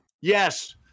Yes